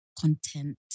Content